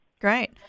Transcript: Great